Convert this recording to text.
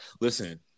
Listen